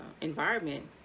environment